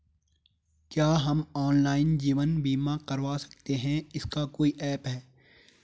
क्या हम ऑनलाइन जीवन बीमा करवा सकते हैं इसका कोई ऐप है?